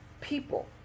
people